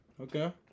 Okay